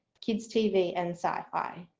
kids tv and sci-fi.